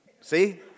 See